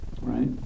right